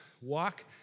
walk